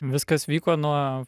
viskas vyko nuo